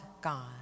God